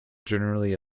generally